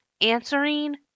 answering